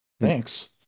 Thanks